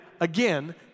again